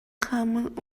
хааман